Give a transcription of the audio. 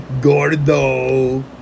Gordo